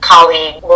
colleague